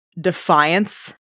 Defiance